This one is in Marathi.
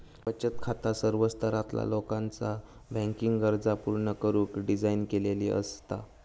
बचत खाता सर्व स्तरातला लोकाचा बँकिंग गरजा पूर्ण करुक डिझाइन केलेली असता